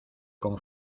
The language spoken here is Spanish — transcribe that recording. con